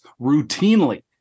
routinely